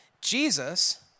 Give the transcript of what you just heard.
Jesus